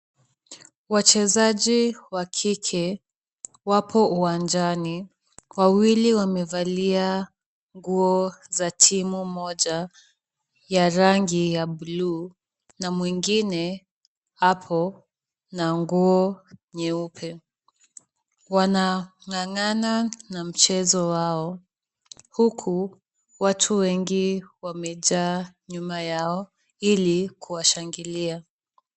Wachezaji wa kike wapo uwanjani. Wawili wamevalia nguo za timu moja ya rangi ya blue na mwingine ako na nguo nyeupe. Wanang'ang'ana na mchezo wao, huku watu wengi wamejaa nyuma yao ili kuwashangilia.